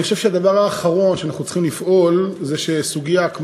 אני חושב שהדבר האחרון שאנחנו צריכים לעשות זה שסוגיית